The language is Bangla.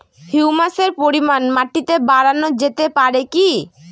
হিউমাসের পরিমান মাটিতে বারানো যেতে পারে কি?